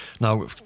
Now